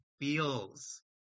feels